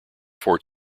fort